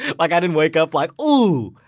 like, i didn't wake up like, ooh!